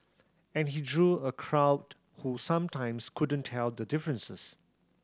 and he drew a crowd who sometimes couldn't tell the differences